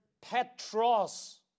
Petros